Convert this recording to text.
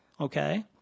okay